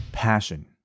passion